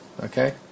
Okay